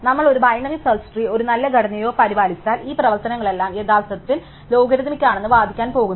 നമ്മൾ ഒരു binary search tree ഒരു നല്ല ഘടനയോടെ പരിപാലിച്ചാൽ ഈ പ്രവർത്തനങ്ങളെല്ലാം യഥാർത്ഥത്തിൽ ലോഗരിഥമിക് ആണെന്ന് വാദിക്കാൻ പോകുന്നു